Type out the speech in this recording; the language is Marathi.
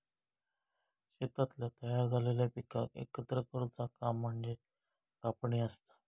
शेतातल्या तयार झालेल्या पिकाक एकत्र करुचा काम म्हणजे कापणी असता